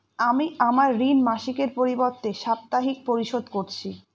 আমি আমার ঋণ মাসিকের পরিবর্তে সাপ্তাহিক পরিশোধ করছি